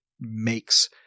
makes